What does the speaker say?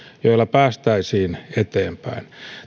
joilla päästäisiin eteenpäin